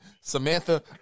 Samantha